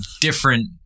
different